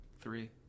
Three